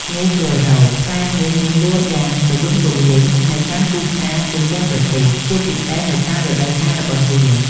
ងាយស្រួលរក ផ្លែមៀនមានដាក់លក់យ៉ាងទូលំទូលាយនៅតាមទីផ្សារទូទាំងប្រទេស ជាពិសេសនៅតាមរដូវកាលរបស់វា។